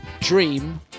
dream